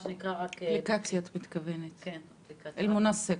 אפליקציה, את מתכוונת אלמונסק.